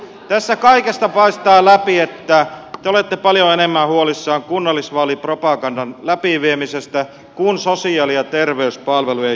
tästä kaikesta paistaa läpi että te olette paljon enemmän huolissanne kunnallisvaalipropagandan läpiviemisestä kuin sosiaali ja terveyspalvelujen järjestämisestä